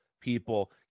people